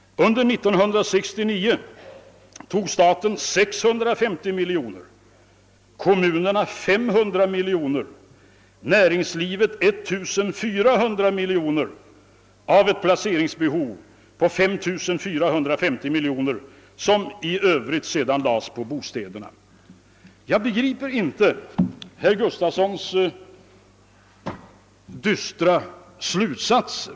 Under 1969 lånade staten 650 miljoner, kommunerna 500, näringslivet 1400 miljoner. Placeringsbehovet uppgick till 5450 miljoner, och resten placerades i bostadslån. Jag begriper dystra slutsatser.